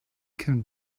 can